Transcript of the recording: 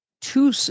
two